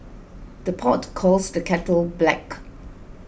the pot calls the kettle black